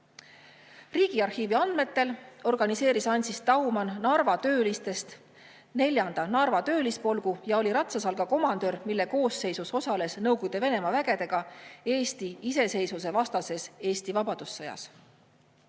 Riigiarhiivi andmetel organiseeris Ancis Dauman Narva töölistest 4. Narva töölispolgu ja oli ratsasalga komandör, mille koosseisus osales Nõukogude Venemaa vägedega Eesti iseseisvuse vastases [võitluses] Eesti vabadussõjas.